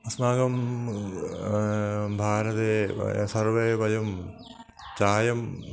अस्माकं भारते वयं सर्वे वयं चायं